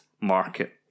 market